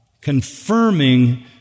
confirming